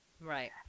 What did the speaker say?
Right